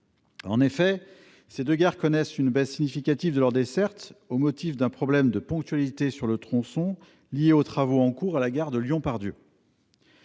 de l'Ain. Ces deux gares connaissent une baisse significative de leur desserte, en raison d'un problème de ponctualité sur le tronçon, lié aux travaux en cours à la gare de Lyon-Part-Dieu.